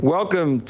Welcome